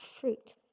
fruit